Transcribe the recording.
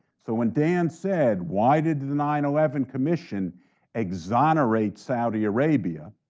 so when dan said, why did the nine eleven commission exonerate saudi arabia?